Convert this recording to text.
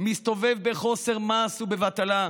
מסתובב בחוסר מעשה ובבטלה,